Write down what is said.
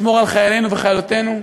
לשמור על חיילינו וחיילותינו.